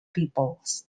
peoples